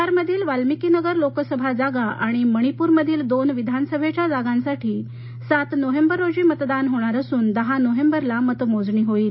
बिहारमधील वल्मिकीनगर लोकसभा जागा आणि मणिपुरमधील दोन विधानसभेच्या जागांसाठी सात नोव्हेंबर रोजी मतदान होणार असून दहा नोव्हेंबरला मतमोजणी होईल